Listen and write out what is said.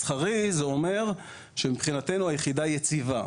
מסחרי זה אומר שמבחינתנו היחידה יציבה.